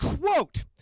quote